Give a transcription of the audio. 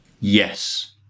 Yes